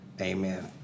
amen